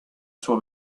suo